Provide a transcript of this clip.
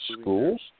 schools